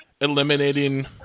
eliminating